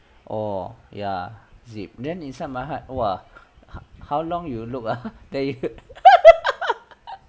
oh ya zip then inside my heart !wah! how long you look ah you